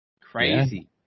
Crazy